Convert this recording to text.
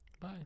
Bye